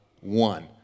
one